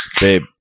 babe